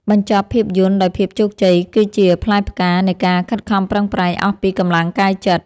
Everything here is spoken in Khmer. បញ្ចប់ភាពយន្តដោយភាពជោគជ័យគឺជាផ្លែផ្កានៃការខិតខំប្រឹងប្រែងអស់ពីកម្លាំងកាយចិត្ត។